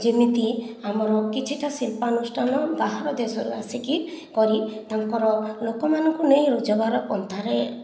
ଯେମିତି ଆମର କିଛିଟା ଶିଳ୍ପାନୁଷ୍ଠାନ ବାହାର ଦେଶରୁ ଆସିକି କରି ତାଙ୍କର ଲୋକମାନଙ୍କୁ ନେଇ ରୋଜଗାର ପନ୍ଥାରେ